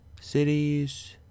cities